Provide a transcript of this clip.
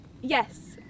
yes